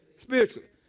Spiritually